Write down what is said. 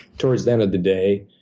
towards the end of the day,